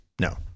no